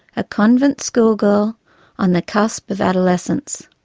a convent schoolgirl on the cusp of adolescence.